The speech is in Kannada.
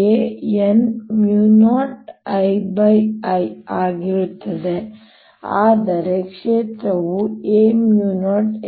a n 0II ಆಗಿರುತ್ತದೆ ಆದರೆ ಕ್ಷೇತ್ರವು a0n2